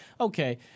Okay